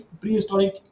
prehistoric